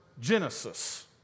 Genesis